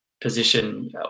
position